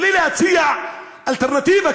בלי להציע אלטרנטיבה,